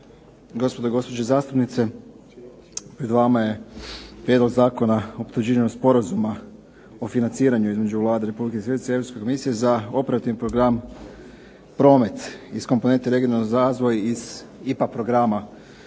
Gospodo i gospođe zastupnice, pred vama je Prijedlog Zakona o potvrđivanju Sporazuma o financiranju između Vlade Republike Hrvatske i Europske komisije za Operativni program "Promet" iz komponente "Regionalni razvoj" iz IPA programa.